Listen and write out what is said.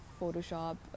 Photoshop